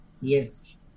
yes